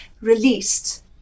released